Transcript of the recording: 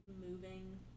moving